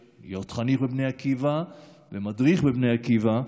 להיות חניך בבני עקיבא ומדריך בבני עקיבא,